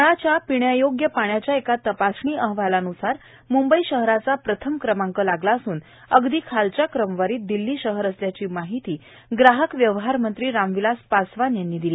नळाच्या पिण्यायोग्य पाण्याच्या एका तपासणी अहवालान्सार मुंबई शहराचा प्रथम क्रमांक लागला असून अगदी खालच्या क्रमवारीत दिल्ली शहर असल्याची माहिती ग्राहक व्यवहार मंत्री राम विलास पासवान यांनी दिली